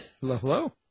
Hello